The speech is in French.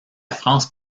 france